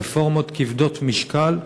רפורמות כבדות משקל,